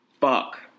fuck